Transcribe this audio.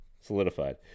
solidified